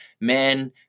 men